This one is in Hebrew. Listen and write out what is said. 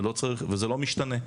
וזה לא משתנה.